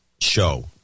show